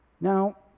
Now